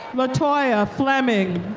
latoya fleming.